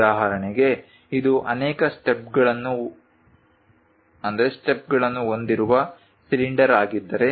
ಉದಾಹರಣೆಗೆ ಇದು ಅನೇಕ ಸ್ಟೆಪ್ಗಳನ್ನು ಹೊಂದಿರುವ ಸಿಲಿಂಡರ್ ಆಗಿದ್ದರೆ